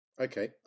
Okay